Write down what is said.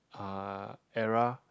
uh era